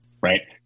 right